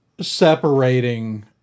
separating